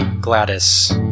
Gladys